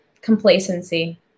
complacency